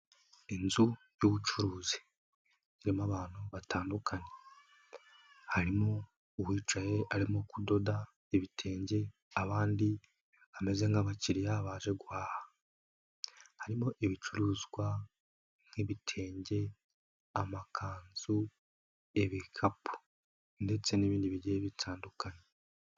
Inzu y'ubucuruzi irimo abantu batandukanye, harimo uwicaye arimo kudoda ibitenge, abandi bameze nk'abakiriya baje guhaha, harimo ibicuruzwa nk'ibitenge, amakanzu, ibikapu ndetse n'ibindi bigiye bitandukanye.